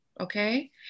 Okay